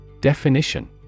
Definition